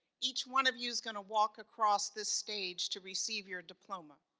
each one of you is going to walk across this stage to receive your diploma,